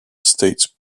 states